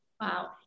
Wow